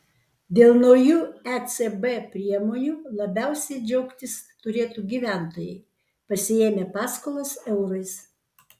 dėl naujų ecb priemonių labiausiai džiaugtis turėtų gyventojai pasiėmę paskolas eurais